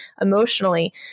emotionally